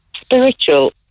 spiritual